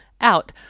out